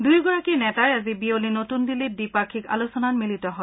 দুয়োগৰাকী নেতাই আজি বিয়লি নতুন দিল্লীত দ্বিপাক্ষিক আলোচনাত মিলিত হয়